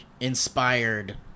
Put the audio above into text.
inspired